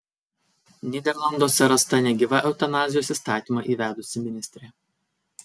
nyderlanduose rasta negyva eutanazijos įstatymą įvedusi ministrė